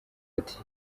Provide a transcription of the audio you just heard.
ati